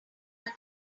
your